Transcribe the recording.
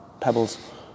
pebbles